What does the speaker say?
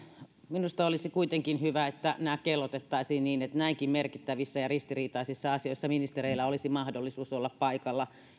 minusta olisi kuitenkin hyvä että nämä kellotettaisiin niin että näinkin merkittävissä ja ristiriitaisissa asioissa ministereillä olisi mahdollisuus olla paikalla